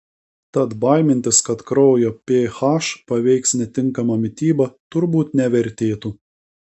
tad baimintis kad kraujo ph paveiks netinkama mityba turbūt nevertėtų